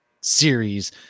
series